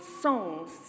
songs